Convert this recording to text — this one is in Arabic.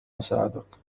أساعدك